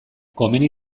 komeni